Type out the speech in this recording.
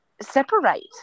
separate